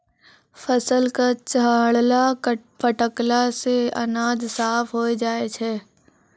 फसल क छाड़ला फटकला सें अनाज साफ होय जाय छै